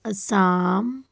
Assam